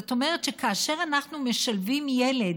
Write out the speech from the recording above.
זאת אומרת, כאשר אנחנו משלבים ילד